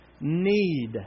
need